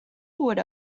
would